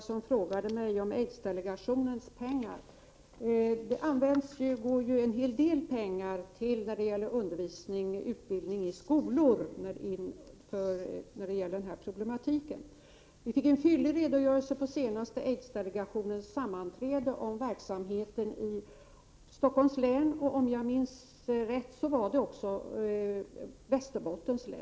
Herr talman! Jag uppfattade inte att Karin Israelsson frågade mig om aidsdelegationens pengar. Till skolorna utbetalas en hel del pengar för undervisning och utbildning när det gäller den här problematiken. Vi fick på aidsdelegationens senaste sammanträde en fyllig redogörelse för verksamheten i Stockholms län och, om jag minns rätt, också i Västerbottens län.